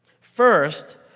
First